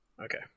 Okay